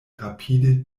rapide